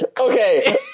Okay